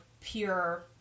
pure